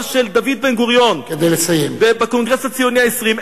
של דוד בן-גוריון בקונגרס הציוני ה-20.